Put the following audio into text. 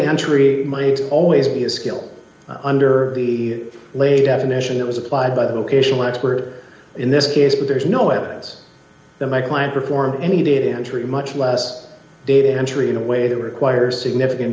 entry might always be a skill under the lay definition it was applied by the occasional expert in this case but there is no evidence that my client performed any to injury much less data entry in a way that requires significant